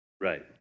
Right